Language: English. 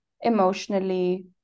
emotionally